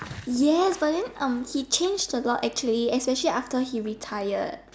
yes but then um he changed a lot actually especially after he retired